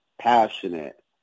passionate